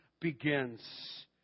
begins